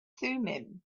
thummim